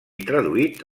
traduït